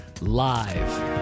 live